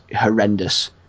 horrendous